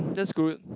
that's good